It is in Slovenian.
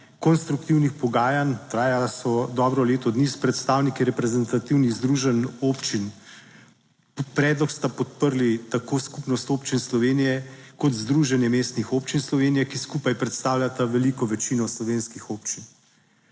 konstruktivnih pogajanj. Trajala so dobro leto dni s predstavniki reprezentativnih združenj občin. Predlog sta podprli tako Skupnost občin Slovenije kot Združenje mestnih občin Slovenije, ki skupaj predstavljata veliko večino Slovenskih občin.